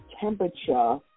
temperature